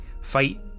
fight